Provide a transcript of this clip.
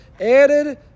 added